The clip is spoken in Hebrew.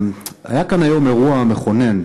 היה כאן היום אירוע מכונן,